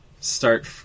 start